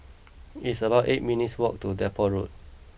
it's about eight minutes' walk to Depot Road